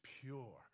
pure